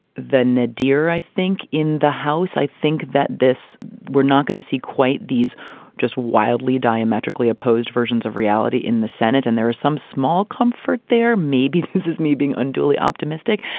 the nadir, i think in the house, i think that this we're not going to see quite these just wildly diametrically opposed versions of reality in the senate, and there are some small comfort there. maybe this is me being unduly optimistic,